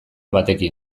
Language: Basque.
batekin